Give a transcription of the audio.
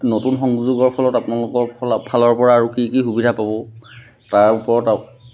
নতুন সংযোগৰ ফলত আপোনালোকৰ ফল ফালৰ পৰা আৰু কি সুবিধা পাব তাৰ ওপৰত